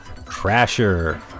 Crasher